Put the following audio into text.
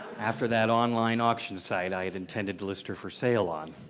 after that online auction site i had intended to list her for sale on,